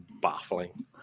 baffling